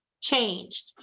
changed